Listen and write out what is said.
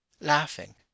laughing